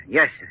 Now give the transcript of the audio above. yes